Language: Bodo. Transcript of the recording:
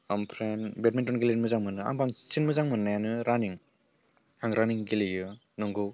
ओमफ्राय बेडमिन्टन गेलेनो मोजां मोनो आं बांसिन मोजां मोननायानो रानिं आं रानिं गेलेयो नंगौ